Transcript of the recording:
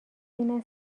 این